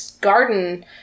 garden